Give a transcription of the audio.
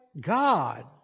God